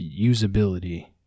usability